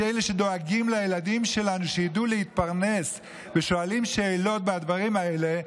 כי אלה שדואגים לילדים שלנו שידעו להתפרנס ושואלים שאלות והדברים האלה,